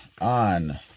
on